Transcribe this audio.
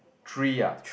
three ah